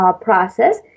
process